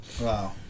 Wow